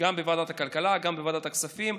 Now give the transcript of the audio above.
גם בוועדת הכלכלה וגם בוועדת הכספים.